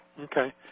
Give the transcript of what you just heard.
okay